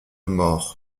mort